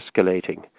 escalating